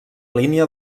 línia